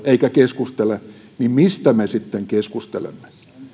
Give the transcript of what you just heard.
eikä keskustele niin mistä me sitten keskustelemme